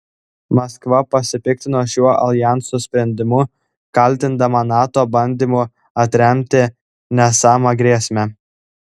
maskva pasipiktino šiuo aljanso sprendimu kaltindama nato bandymu atremti nesamą grėsmę